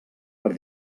per